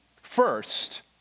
First